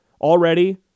Already